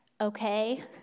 Okay